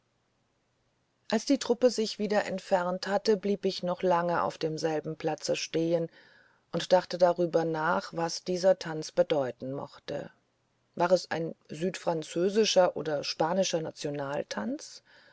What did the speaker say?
als die truppe sich wieder entfernt hatte blieb ich noch lange auf demselben platze stehen und dachte drüber nach was dieser tanz bedeuten mochte war es ein südfranzösischer oder spanischer nationaltanz